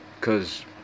Cause